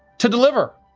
to deliver.